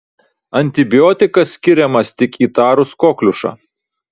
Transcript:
antibiotikas skiriamas tik įtarus kokliušą